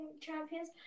champions